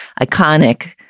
iconic